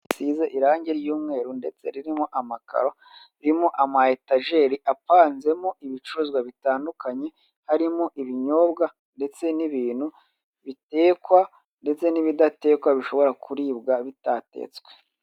Isize irange ry'umweru ndetse ririmo amakaro ndetse ririmo ama etajeri apanzemo ibicuruzwa bitandukanye, harimo ibinyobwa ndetse n'ibintu bitekwa ndetse n'ibidatekwa bishobora kuribwa bitatetswe